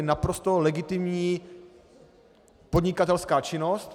Naprosto legitimní podnikatelská činnost.